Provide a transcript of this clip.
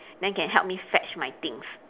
then can help me fetch my things